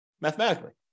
mathematically